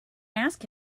ask